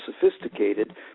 sophisticated